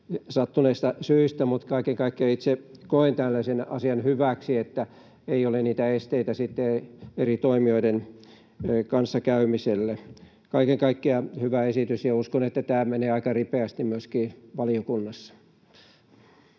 sattuneista syistä, mutta kaiken kaikkiaan itse koen tällaisen asian hyväksi, että ei ole niitä esteitä eri toimijoiden kanssakäymiselle. Kaiken kaikkiaan hyvä esitys, ja uskon, että tämä menee aika ripeästi myöskin valiokunnassa.